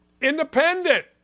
Independent